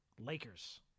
Lakers